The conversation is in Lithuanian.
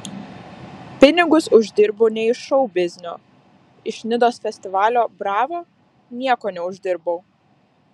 pinigus uždirbu ne iš šou biznio iš nidos festivalio bravo nieko neuždirbau